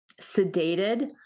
sedated